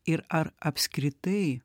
ir ar apskritai